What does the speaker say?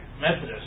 Methodist